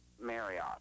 Marriott